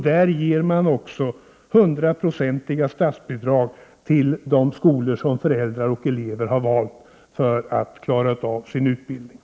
Där ger man också hundraprocentiga statsbidrag till de skolor som föräldrar och elever har valt för att klara utbildningen.